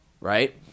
right